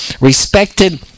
Respected